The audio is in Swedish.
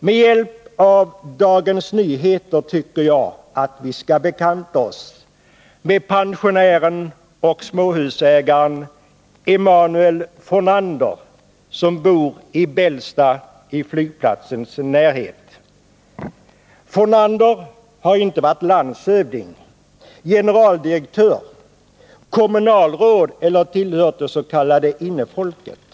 Med hjälp av Dagens Nyheter tycker IH jag att vi skall bekanta oss med pensionären och småhusägaren Emanuel Fornander, som bor i Bällsta i flygplatsens närhet. Emanuel Fornander har inte varit landshövding, generaldirektör, kommunalråd eller tillhört det s.k. innefolket.